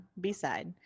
B-side